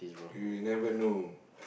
you never know